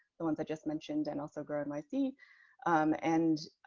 the ones i just mentioned, and also grow and my see and